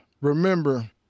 Remember